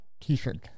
t-shirt